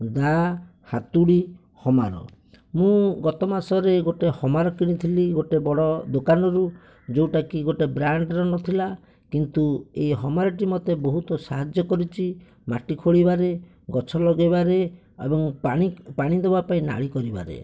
ଦାଆ ହାତୁଡ଼ି ହାମର ମୁଁ ଗତ ମାସରେ ଗୋଟିଏ ହାମର କିଣିଥିଲି ଗୋଟିଏ ବଡ଼ ଦୋକାନରୁ ଯେଉଁଟାକି ଗୋଟିଏ ବ୍ରାଣ୍ଡର ନଥିଲା କିନ୍ତୁ ଏହି ହାମରଟି ମୋତେ ବହୁତ ସାହାଯ୍ୟ କରିଛି ମାଟି ଖୋଲିବାରେ ଗଛ ଲଗେଇବାରେ ଏବଂ ପାଣି ପାଣି ଦେବା ପାଇଁ ନାଳି କରିବାରେ